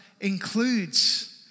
includes